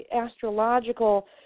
astrological